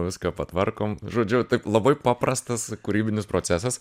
viską patvarkom žodžiu taip labai paprastas kūrybinis procesas